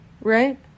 right